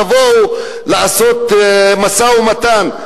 תבואו לעשות משא-ומתן,